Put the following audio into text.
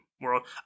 world